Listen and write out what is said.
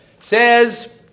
says